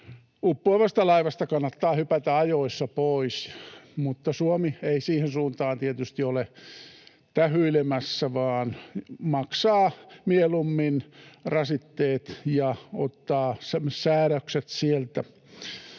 Uppoavasta laivasta kannattaa hypätä ajoissa pois, mutta Suomi ei siihen suuntaan tietysti ole tähyilemässä vaan maksaa mieluummin rasitteet ja ottaa säädökset sieltä.